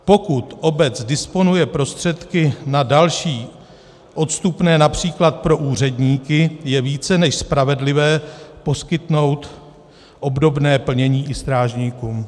Pokud obec disponuje prostředky na další odstupné např. pro úředníky, je více než spravedlivé poskytnout obdobné plnění i strážníkům.